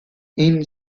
این